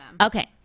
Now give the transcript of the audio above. Okay